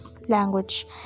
language